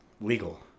legal